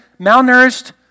malnourished